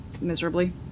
miserably